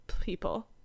people